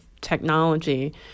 technology